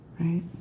Right